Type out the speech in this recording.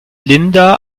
linda